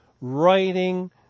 writing